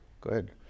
Good